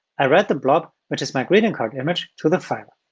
i write the blob, which is my greeting card image, to the file.